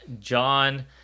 john